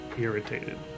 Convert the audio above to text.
irritated